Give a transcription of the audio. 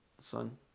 son